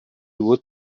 would